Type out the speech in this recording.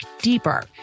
deeper